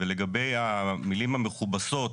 לגבי המילים המכובסות